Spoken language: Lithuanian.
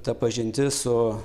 ta pažintis su